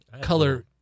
color